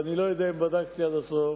ואני לא יודע אם בדקתי עד הסוף,